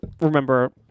remember